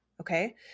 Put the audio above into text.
Okay